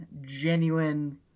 genuine